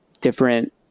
different